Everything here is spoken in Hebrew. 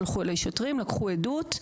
שלחו אלי שוטרים ולקחו עדות.